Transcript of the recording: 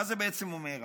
מה זה בעצם אומר?